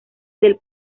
del